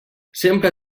sempre